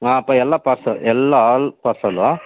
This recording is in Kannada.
ಹಾಂ ಪ ಎಲ್ಲ ಪಾರ್ಸಲ್ ಎಲ್ಲ ಆಲ್ ಪಾರ್ಸಲ್ಲು ಆಂ